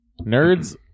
nerds